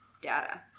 data